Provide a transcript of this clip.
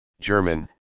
german